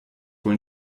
wohl